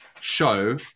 show